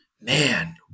Man